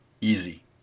Easy